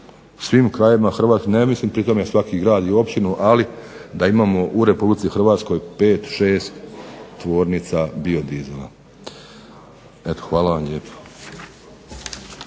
svim krajevima HRvatske. Ne mislim pri tome svaki grad i općinu ali da imamo u RH 5, 6 tvornica biodizela. Eto hvala vam lijepo.